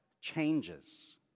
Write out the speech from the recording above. changes